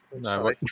no